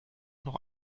noch